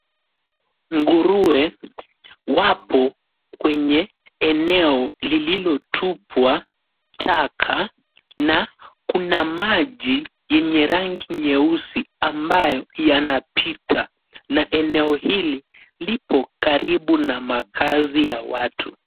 Nguruwe wapo kwenye eneo lililotupwa taka na kuna maji yenye rangi nyeusi ambayo yanapita na eneo hili lipo karibu na makaazi ya watu.